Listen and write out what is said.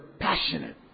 passionate